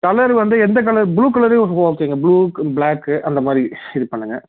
colour வந்து எந்த colour blue கலரே ஓகேங்க ப்ளூ ப்ளாக்கு அந்த மாதிரி இது பண்ணுங்கள்